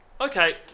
Okay